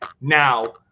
now